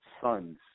son's